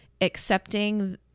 accepting